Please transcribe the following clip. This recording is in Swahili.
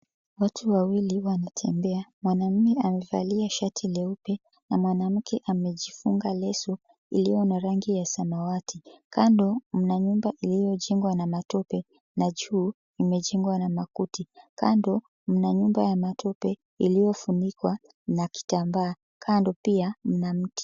Watu wawili wametembea, mwanaume amevalia shati leupe na mwanamke amejifunga leso iliyo na rangi ya samawati, kando mna nyumba iliyojengwa na matope na juu mmejengwa na makuti, kando mna nyumba ya matope iliyofunikwa na kitambaa kando pia mna mti.